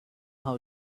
how